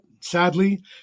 sadly